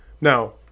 Now